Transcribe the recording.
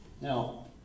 Now